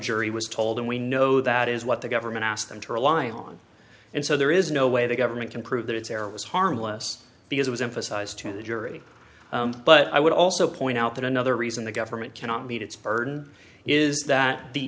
jury was told and we know that is what the government asked them to rely on and so there is no way the government can prove that its error was harmless because it was emphasized to the jury but i would also point out that another reason the government cannot meet its burden is that the